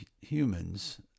humans